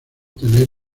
tener